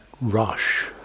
rush